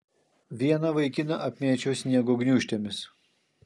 vieną vaikiną apmėčiau sniego gniūžtėmis